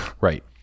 Right